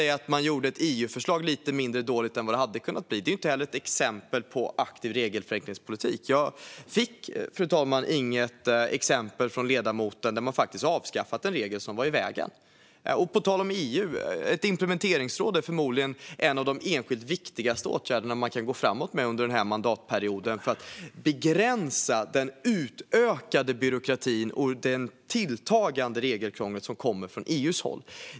Att man gjorde ett EU-förslag lite mindre dåligt än vad det hade kommit att bli är inte heller ett exempel på en aktiv regelförenklingspolitik. Jag fick, fru talman, inget exempel från ledamoten på att man faktiskt avskaffat en regel som var i vägen. Och på tal om EU: Ett implementeringsråd är förmodligen en av de enskilt viktigaste åtgärderna man kan gå fram med under denna mandatperiod för att begränsa den utökade byråkrati och det tilltagande regelkrångel som kommer från EU:s håll.